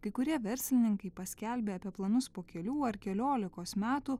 kai kurie verslininkai paskelbė apie planus po kelių ar keliolikos metų